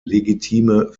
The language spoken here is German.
legitime